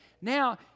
Now